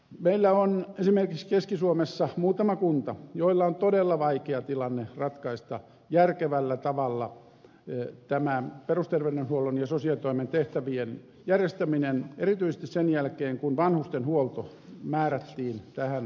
meillä on esimerkiksi keski suomessa muutama kunta joilla on todella vaikea tilanne ratkaista järkevällä tavalla perusterveydenhuollon ja sosiaalitoimen tehtävien järjestäminen erityisesti sen jälkeen kun vanhustenhuolto määrättiin tähän kokonaisuuteen